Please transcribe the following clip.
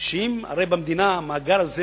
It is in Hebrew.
שהרי במדינה המאגר הזה